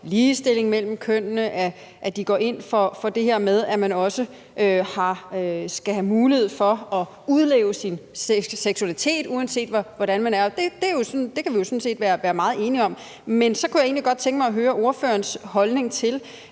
ligestilling mellem kønnene, at de går ind for det her med, at man også skal have mulighed for at udleve sin seksualitet, uanset hvordan man er, og det kan vi jo sådan set være meget enige om. Men så kunne jeg egentlig godt tænke mig at høre ordførerens holdning til